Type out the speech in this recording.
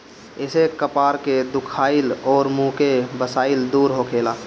एसे कपार के दुखाइल अउरी मुंह के बसाइल दूर होखेला